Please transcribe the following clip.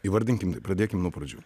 įvardinkim taip pradėkim nuo pradžių